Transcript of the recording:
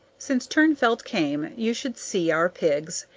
since turnfelt came, you should see our pigs.